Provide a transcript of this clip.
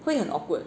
会很 awkward